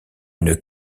une